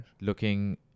looking